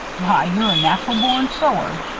why, you're a natural born sewer.